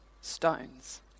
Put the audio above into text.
stones